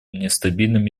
нестабильным